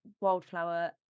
wildflower